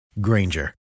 Granger